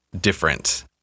different